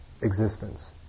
existence